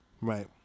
Right